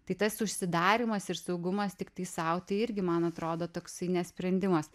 tai tas užsidarymas ir saugumas tiktai sau tai irgi man atrodo toksai nesprendimas